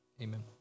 amen